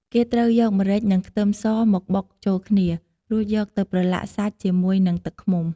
គេត្រូវយកម្រេចនិងខ្ទឹមសមកបុកចូលគ្នា រួចយកទៅប្រឡាក់សាច់ជាមួយនឹងទឹកឃ្មុំ។